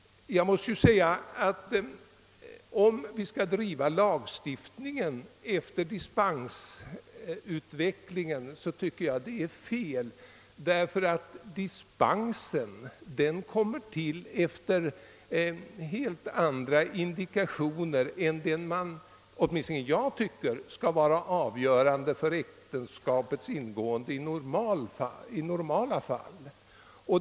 Jag måste emellertid säga att jag tycker det är fel att rätta lagstiftningen efter dispensutvecklingen. Dispensen tillkommer nämligen efter helt andra indikationer än dem man menar — åtminstone tycker jag så — skall vara avgörande för äktenskapets ingående i normala fall.